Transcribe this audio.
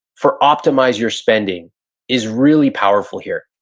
for optimize your spending is really powerful here.